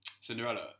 Cinderella